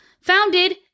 founded